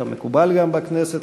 כמקובל גם בכנסת,